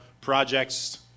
projects